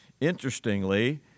interestingly